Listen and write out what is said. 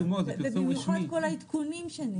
ובמיוחד כל העדכונים שנעשים.